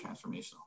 transformational